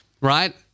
right